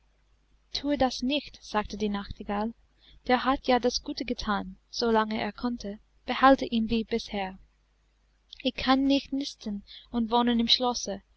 thue das nicht sagte die nachtigall der hat ja das gute gethan so lange er konnte behalte ihn wie bisher ich kann nicht nisten und wohnen im schlosse